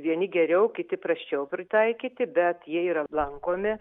vieni geriau kiti prasčiau pritaikyti bet jie yra lankomi